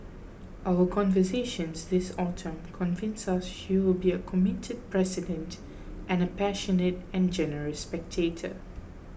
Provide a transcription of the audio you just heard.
our conversations this autumn convince us she will be a committed president and a passionate and generous spectator